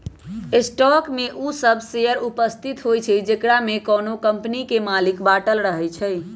stock में उ सभ शेयर उपस्थित होइ छइ जेकरामे कोनो कम्पनी के मालिक बाटल रहै छइ